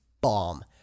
bomb